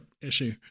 issue